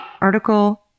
Article